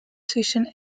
zwischen